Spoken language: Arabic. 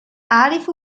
أعرف